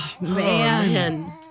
Man